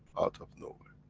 out of nowhere?